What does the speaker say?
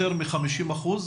יותר מ-50%?